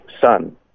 son